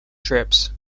trips